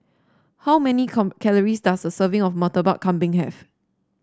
how many calories does a serving of Murtabak Kambing have